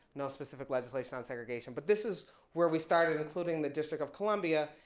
no specific legislation on segregation. but this is where we started including the district of columbia,